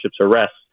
arrests